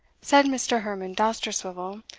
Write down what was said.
said mr. herman dousterswivel,